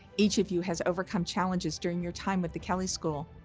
each of you has overcome challenges during your time with the kelley school.